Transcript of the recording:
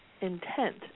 intent